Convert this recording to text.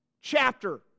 chapter